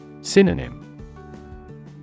Synonym